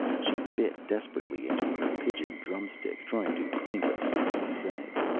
she bit desperately into her pigeon drumstick, trying to think of something to say.